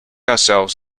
ourselves